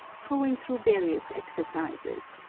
going through various exercises,